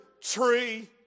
tree